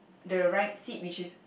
the right seat which is